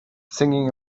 singing